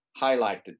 highlighted